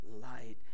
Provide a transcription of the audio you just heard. light